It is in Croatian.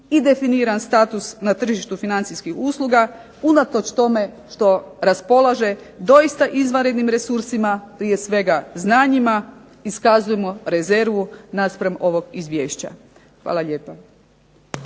i definiran status na tržištu financijskih usluga, unatoč tome što raspolaže doista izvanrednim resursima, prije svega znanjjima, iskazujemo rezervu naspram ovog izvješća. Hvala lijepa.